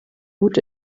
gut